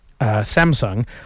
samsung